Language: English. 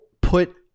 put